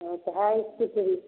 हाँ तो है इस्कूट्री